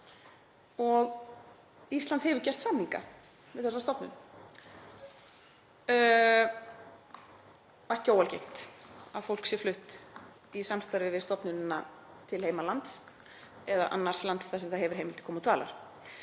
Ísland hefur gert samninga við þessa stofnun. Það er ekki óalgengt að fólk sé flutt í samstarfi við stofnunina til heimalands eða annars lands þar sem það hefur heimild til komu og dvalar.